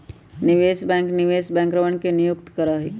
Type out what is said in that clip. निवेश बैंक निवेश बैंकरवन के नियुक्त करा हई